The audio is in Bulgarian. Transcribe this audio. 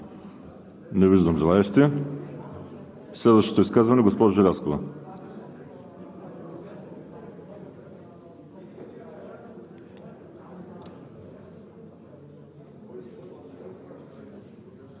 Не виждам желаещи. Следващото изказване – госпожа Желязкова.